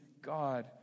God